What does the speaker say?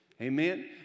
Amen